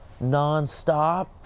nonstop